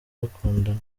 bakundana